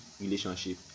relationship